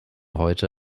heute